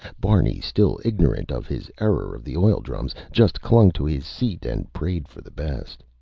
barney, still ignorant of his error of the oil drums, just clung to his seat and prayed for the best.